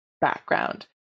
background